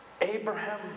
Abraham